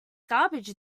garbage